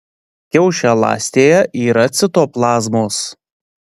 kiaušialąstėje yra citoplazmos